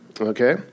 Okay